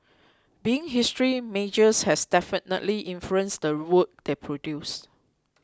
being history majors has definitely influenced the work they produce